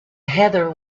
heather